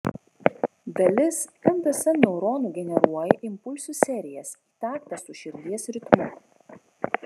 dalis nts neuronų generuoja impulsų serijas į taktą su širdies ritmu